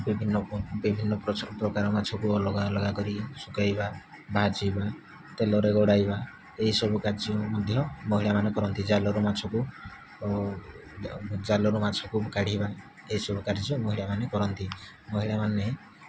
ବିଭିନ୍ନ ପ ବିଭିନ୍ନ ପ୍ରକାର ମାଛକୁ ଅଲଗା ଅଲଗା କରିକି ଶୁଖାଇବା ଭାଜିବା ତେଲରେ ଗଡ଼ାଇବା ଏଇସବୁ କାର୍ଯ୍ୟ ମଧ୍ୟ ମହିଳାମାନେ କରନ୍ତି ଜାଲରୁ ମାଛକୁ ଜାଲରୁ ମାଛକୁ କାଢ଼ିବା ଏଇସବୁ କାର୍ଯ୍ୟ ମହିଳା ମାନେ କରନ୍ତି ମହିଳାମାନେ